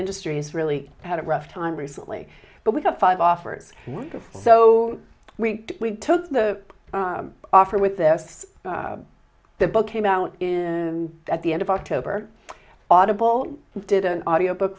industry has really had a rough time recently but we got five offers so we took the offer with this the book came out in at the end of october audible did an audio book